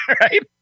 right